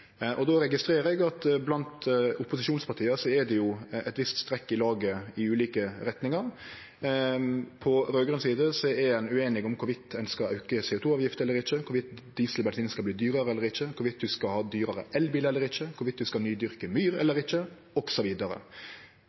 Då registrerer eg at det blant opposisjonspartia er eit visst strekk i laget i ulike retningar. På rød-grøn side er ein ueinig om ein skal auke CO 2 -avgifta eller ikkje, om diesel eller bensin skal verte dyrare eller ikkje, om ein skal ha dyrare elbil eller ikkje, om ein skal nydyrke myr eller ikkje osv. Framstegspartiet har på si side også